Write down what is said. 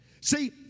See